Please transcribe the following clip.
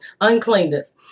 uncleanness